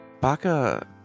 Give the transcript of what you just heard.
Baka